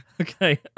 Okay